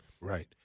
Right